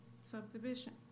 Subdivision